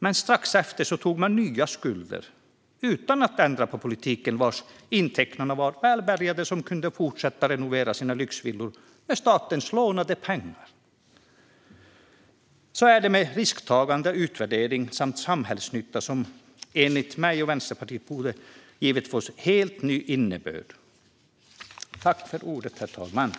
Men strax därefter tog man nya lån utan att ändra på politiken, och de välbärgade kunde fortsätta att renovera sina lyxvillor med statens lånade pengar. Detta med risktagande och utvärdering samt den samhällsnytta som ägande eller avyttring medför borde enligt mig och Vänsterpartiet få en helt ny innebörd.